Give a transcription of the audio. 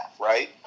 right